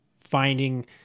finding